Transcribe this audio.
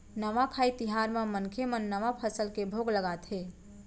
नवाखाई तिहार म मनखे मन नवा फसल के भोग लगाथे